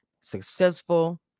successful